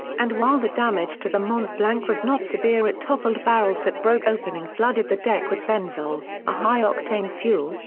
and while the damage to the mont blanc was not severe it toppled barrels that broke open and flooded the deck with benzol, a high octane fuel,